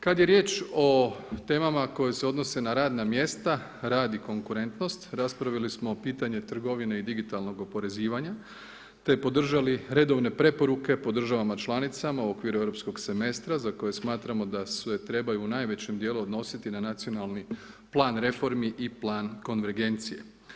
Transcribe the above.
Kad je riječ o temama koja se odnose na radna mjesta, rad i konkurentnost, raspravili smo pitanje trgovine i digitalnog oporezivanja, te podržali redovne preporuke po državama članicama u okviru europskog semestra za koje smatramo da se trebaju u najvećem dijelu odnositi na nacionalni plan reformi i plan konvergencije.